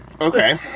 Okay